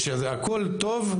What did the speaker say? שזה הכל טוב,